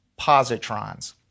positrons